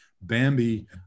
Bambi